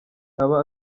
aba